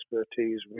expertise